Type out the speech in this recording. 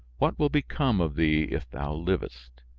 what will become of thee if thou livest!